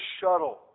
shuttle